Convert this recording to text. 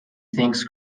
thinks